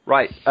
Right